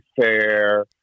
Fair